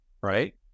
right